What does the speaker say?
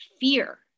fear